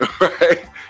Right